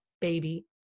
baby